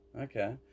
okay